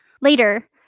Later